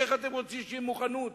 איך אתם רוצים שתהיה מוכנות